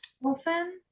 Wilson